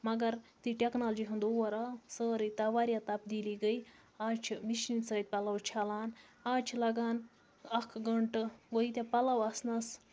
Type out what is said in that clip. مَگر یُتھُے ٹٮ۪کنالجی ہُنٛد دور آو سٲرٕے تَہ واریاہ تَبدیٖلی گٔے آز چھِ مِشیٖن سۭتۍ پَلو چھَلان آز چھِ لَگان اکھ گٲنٛٹہٕ وۄنۍ ییٖتیٛاہ پَلَو آسنَس